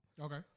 Okay